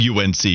UNC